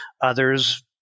Others